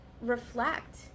reflect